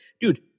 dude